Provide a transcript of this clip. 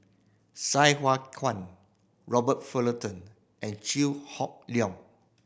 Sai Hua Kuan Robert Fullerton and Chew Hock Leong